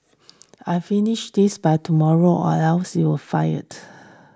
I finish this by tomorrow or else you'll fired